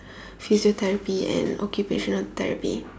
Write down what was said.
physiotherapy and occupational therapy